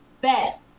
bet